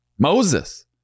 Moses